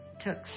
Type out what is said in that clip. took